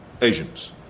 Asians